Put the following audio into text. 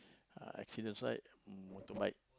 ah actually that's why mm motorbike